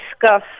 discuss